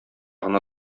гына